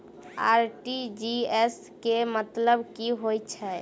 RTGS केँ मतलब की होइ हय?